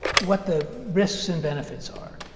what the risks and benefits are.